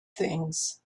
things